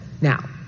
Now